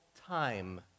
time